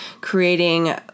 creating